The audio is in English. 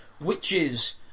witches